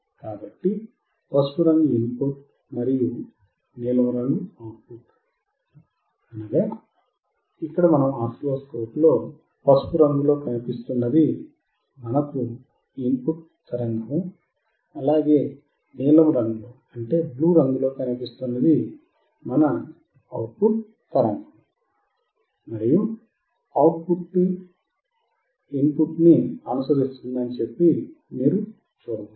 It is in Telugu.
కాబట్టి పసుపు రంగు ఇన్ పుట్ మరియు నీలం రంగు అవుట్ పుట్ మరియు అవుట్ పుట్ ఇన్ పుట్ ని అనుసరిస్తుందని మీరు చూడవచ్చు